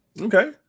Okay